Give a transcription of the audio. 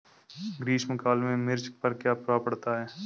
ग्रीष्म काल में मिर्च पर क्या प्रभाव पड़ता है?